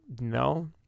No